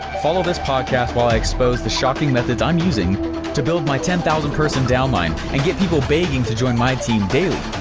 follow this podcast while i expose the shocking methods i'm using to build my ten thousand person downline and get people begging to join my team daily.